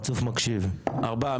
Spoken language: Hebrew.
ארבעה.